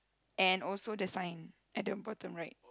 and also the sign at the bottom right